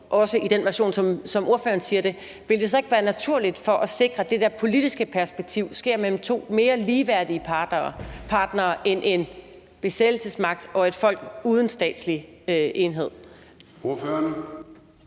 også i den version, som ordføreren taler om, vil det så ikke være naturligt for at sikre, at det der politiske perspektiv sker mellem to mere ligeværdige parter end en besættelsesmagt og et folk uden statslig enhed? Kl.